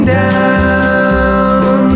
down